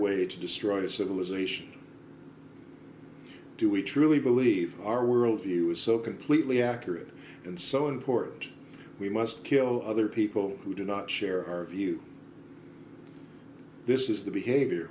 way to destroy a civilization do we truly believe our world view is so completely accurate and so important we must kill other people who do not share our view this is the behavior